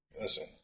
Listen